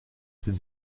ses